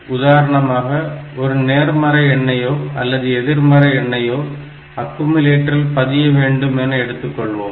உதாரணமாக ஒரு நேர்மறை எண்ணையோ அல்லது எதிர்மறை எண்ணையோ அக்குமுலேட்டரில் பதியவேண்டும் என எடுத்துக்கொள்வோம்